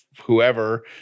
whoever